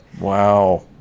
Wow